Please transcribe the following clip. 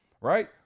right